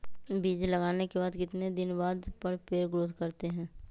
बीज लगाने के बाद कितने दिन बाद पर पेड़ ग्रोथ करते हैं?